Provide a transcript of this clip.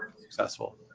Successful